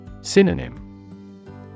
Synonym